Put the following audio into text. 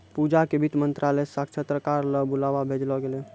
पूजा क वित्त मंत्रालय स साक्षात्कार ल बुलावा भेजलो गेलै